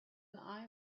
eye